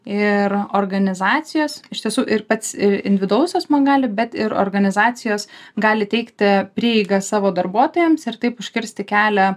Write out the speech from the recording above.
ir organizacijos iš tiesų ir pats ir individualus asmuo gali bet ir organizacijos gali teikti prieigą savo darbuotojams ir taip užkirsti kelią